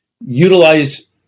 utilize